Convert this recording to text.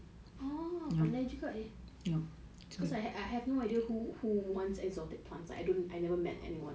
oh pandai juga eh because I have no idea who wants exotic plants I never met anyone